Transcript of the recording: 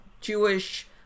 Jewish